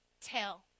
tell